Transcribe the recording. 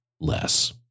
less